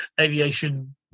aviation